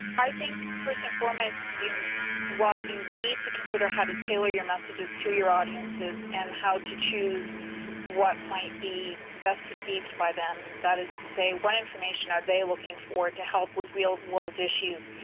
i think first and foremost while you need to consider how to tailor your messages to your audiences and how to choose what might be best received by them, that is to say what information are they looking for to help with real world issues?